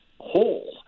whole